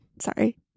Sorry